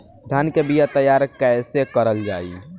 धान के बीया तैयार कैसे करल जाई?